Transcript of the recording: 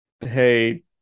hey